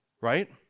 right